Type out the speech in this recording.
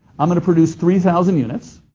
i'm going to produce three thousand units.